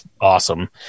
awesome